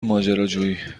ماجراجویی